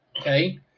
okay